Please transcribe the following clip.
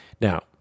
Now